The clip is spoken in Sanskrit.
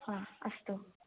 हा अस्तु